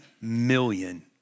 million